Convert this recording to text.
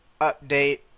update